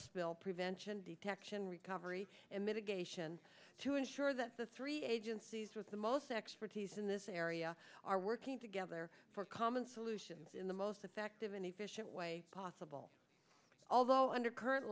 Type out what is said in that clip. spill prevention detection recovery and mitigation to ensure that the three agencies with the most expertise in this area are working together for common solutions in the most effective and efficient way possible although under current